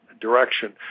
direction